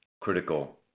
critical